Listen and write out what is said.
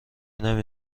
نمی